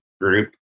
group